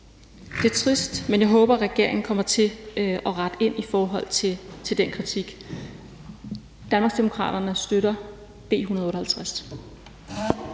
Det er trist, men jeg håber, regeringen kommer til at rette ind i forhold til den kritik. Danmarksdemokraterne støtter B 158.